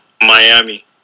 Miami